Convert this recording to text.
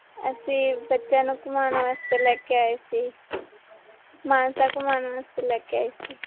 ਅਸੀਂ ਬੱਚਿਆਂ ਨੂੰ ਘੁੰਮਾਉਣ ਵਾਸਤੇ ਲੈ ਕੇ ਆਏ ਸੀ ਮਾਨਸਾ ਘੁੰਮਾਉਣ ਵਾਸਤੇ ਲੈ ਕੇ ਆਏ ਸੀ